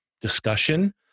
discussion